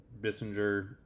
Bissinger